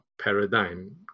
paradigm